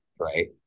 Right